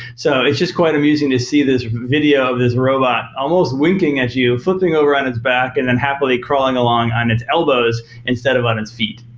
so it's just quite amusing to see this video of this robot almost winking at you, flipping over on its back and then happily crawling along on its elbows instead of in its feet.